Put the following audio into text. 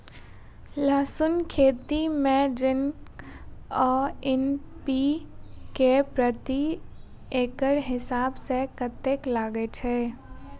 लहसून खेती मे जिंक आ एन.पी.के प्रति एकड़ हिसाब सँ कतेक लागै छै?